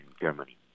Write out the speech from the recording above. Germany